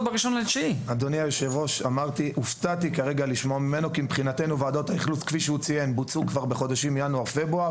ראש מועצת כסיפה: כל רשויות הקבע נותנות שירותים לילדי הפזורה.